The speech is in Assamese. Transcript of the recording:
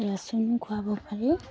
ৰচুনো খোৱাব পাৰি